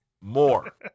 More